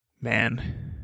man